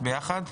(מ/1446).